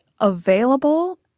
available